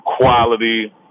quality